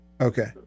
Okay